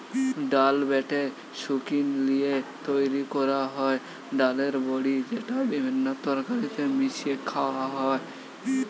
ডাল বেটে শুকি লিয়ে তৈরি কোরা হয় ডালের বড়ি যেটা বিভিন্ন তরকারিতে মিশিয়ে খায়া হয়